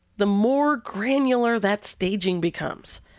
the more granular that staging becomes.